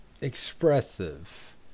expressive